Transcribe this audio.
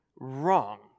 wrong